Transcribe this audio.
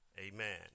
Amen